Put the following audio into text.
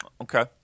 Okay